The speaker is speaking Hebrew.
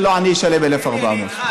ולא עני ישלם 1,400. אני איתך.